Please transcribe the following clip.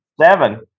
Seven